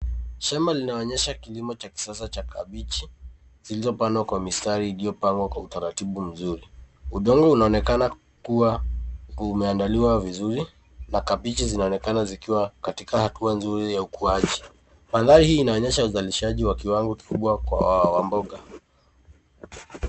Shamba linaonyesha kilimo cha kisasa cha kabichi zilizopandwa kwa mistari iliyopangwa kwa utaratibu mzuri. Udongo unaonekana kuwa umeandaliwa vizuri na kabichi zinaonekana zikiwa katika hatua nzuri ya ukuzaji. Mandhari hii inaonyesha uzalishaji wa kiwango kikubwa kwa mboga.